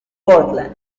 portland